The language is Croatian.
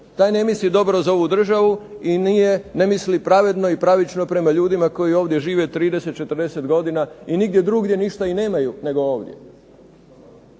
taj ne misli dobro za ovu državu i ne misli pravedno i pravično prema ljudima koji ovdje žive 30, 40 godine i nigdje drugdje ništa ni nemaju nego ovdje.